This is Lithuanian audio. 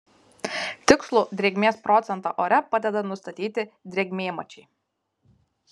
tikslų drėgmės procentą ore padeda nustatyti drėgmėmačiai